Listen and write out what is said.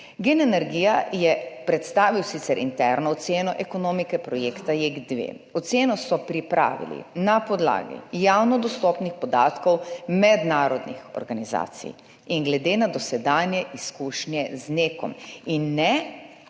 GEN energija je sicer predstavila interno oceno ekonomike projekta JEK2. Oceno so pripravili na podlagi javno dostopnih podatkov mednarodnih organizacij in glede na dosedanje izkušnje z NEK, pozor, in ne